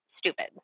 stupid